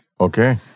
Okay